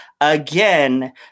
again